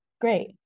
great